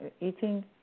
eating